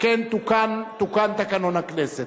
שכן תוקן תקנון הכנסת.